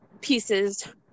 pieces